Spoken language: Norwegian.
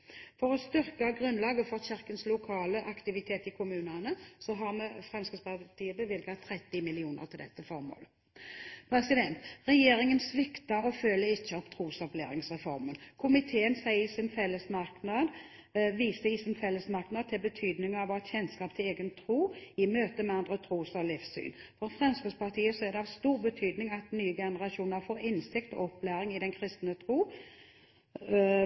For å styrke grunnlaget for kirkens lokale aktivitet i kommunene har Fremskrittspartiet bevilget 30 mill. kr til dette formålet Regjeringen svikter og følger ikke opp Trosopplæringsreformen. Komiteen viser i sin fellesmerknad til betydningen av å ha kjennskap til egen tro i møte med andre tros- og livssyn. For Fremskrittspartiet er det at stor betydning at nye generasjoner får innsikt og opplæring i den kristne tro,